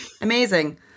amazing